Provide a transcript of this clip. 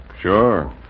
Sure